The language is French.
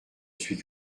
suis